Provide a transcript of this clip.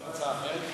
אפשר הצעה אחרת?